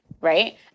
right